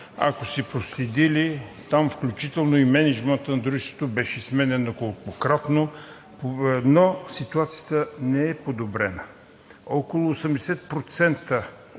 ако сте проследили, там включително и мениджмънтът на дружеството беше сменян неколкократно, но ситуацията не е подобрена. Около 80%